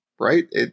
right